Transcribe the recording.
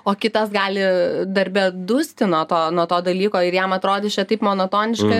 o kitas gali darbe dusti nuo to nuo to dalyko ir jam atrodys čia taip monotoniška